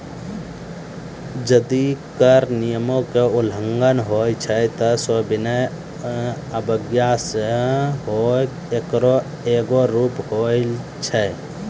जदि कर नियमो के उल्लंघन होय छै त सविनय अवज्ञा सेहो एकरो एगो रूप होय छै